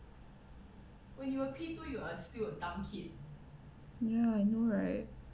ya you know right